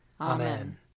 Amen